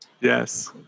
Yes